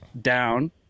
down